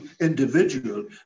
individual